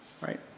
Right